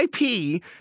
IP